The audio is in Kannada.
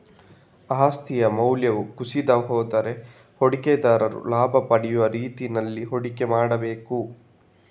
ಆಸ್ತಿಯ ಮೌಲ್ಯವು ಕುಸಿದು ಹೋದ್ರೆ ಹೂಡಿಕೆದಾರರು ಲಾಭ ಪಡೆಯುವ ರೀತಿನಲ್ಲಿ ಹೂಡಿಕೆ ಮಾಡ್ಬೇಕು